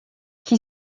qui